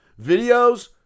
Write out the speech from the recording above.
Videos